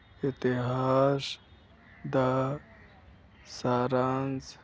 ਇਤਿਹਾਸ ਦਾ ਸਾਰੰਸ਼